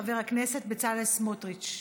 חבר הכנסת בצלאל סמוטריץ.